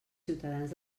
ciutadans